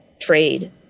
trade